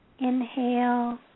inhale